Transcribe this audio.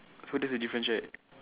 so that's the difference right